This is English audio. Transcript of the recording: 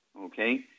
okay